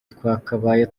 twakabaye